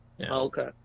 okay